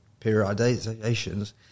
periodizations